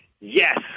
Yes